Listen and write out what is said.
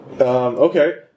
okay